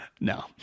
No